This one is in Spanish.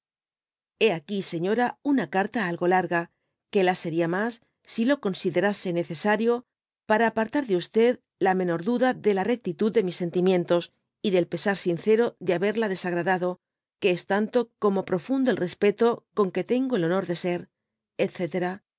hé aquí señora una carta algo larga que la seria mas si lo considerase necesario para apartar de la menor duda de la rectitud de mis sentúmentoi i y del pesar sincero de haberla desagradadoque es tanto como profondo el respeto con que tengo el honor de ser